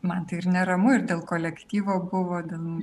man tai ir neramu ir dėl kolektyvo buvo dėl